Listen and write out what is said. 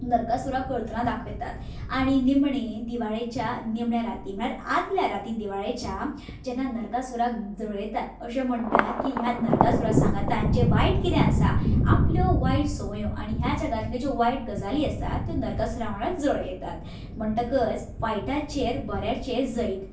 नरकासूराक करतना दाखयतात आनी निमणे दिवाळेच्या निमणे रातीं म्हळ्यार आदल्या रातीं दिवाळेच्या जेन्ना नरकासूराक जळयतात अशें म्हणटात की ह्या नरकासूरा सांगातान जें वायट कितें आसा आपल्यो वायट सवंयो आनी ह्या जगांतल्यो ज्यो वायट गजाली आसात त्यो नरकासूरा वांगडा जळयतात म्हणटकच वायटाचेर बऱ्याचें जैत